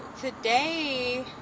today